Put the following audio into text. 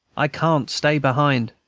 i can't stay behind!